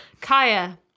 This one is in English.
Kaya